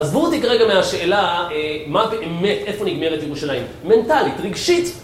עזבו אותי כרגע מהשאלה, מה באמת, איפה נגמרת ירושלים, מנטלית, רגשית?